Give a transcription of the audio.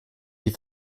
die